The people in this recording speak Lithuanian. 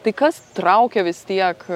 tai kas traukia vis tiek